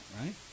right